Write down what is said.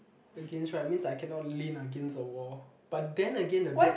against right means I cannot lean against the wall but then again the bed